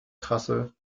trasse